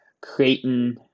Creighton